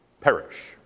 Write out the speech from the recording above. perish